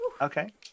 Okay